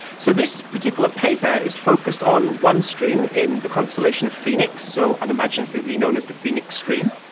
so this particular paper is focused on one stream in the constellation of phoenix, so unimaginatively known as the phoenix stream,